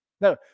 No